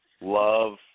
love